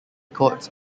courts